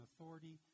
authority